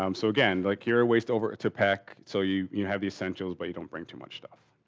um so again, like your waste over to pack so you you have these essentials, but you don't bring too much stuff.